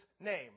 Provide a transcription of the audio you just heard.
name